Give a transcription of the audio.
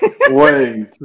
Wait